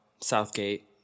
Southgate